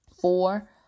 Four